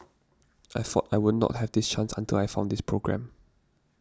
I thought I would not have this chance until I found this programme